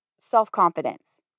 self-confidence